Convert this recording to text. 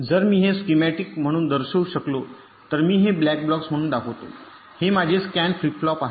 जर मी हे येथे स्कीमॅटिक म्हणून दर्शवू शकलो तर मी हे ब्लॅक बॉक्स म्हणून दाखवतो हे माझे स्कॅन फ्लिप फ्लॉप आहे